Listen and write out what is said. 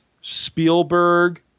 Spielberg